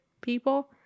people